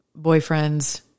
boyfriends